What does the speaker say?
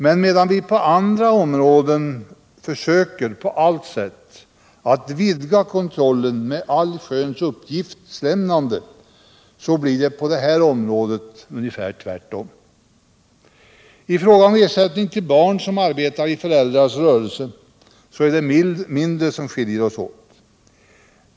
Men medan vi på andra områden på allt sätt försöker vidga kontrollen med allsköns uppgiftslämnande gör vi på detta område ungefär tvärtom. I fråga om ersättning till barn som arbetar i föräldrars rörelse är det mindre som skiljer oss åt.